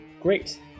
Great